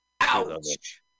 Ouch